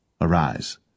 Arise